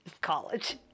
college